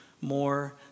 more